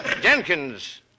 Jenkins